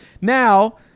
Now